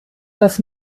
das